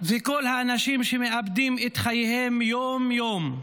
וכל האנשים שמאבדים את חייהם יום-יום.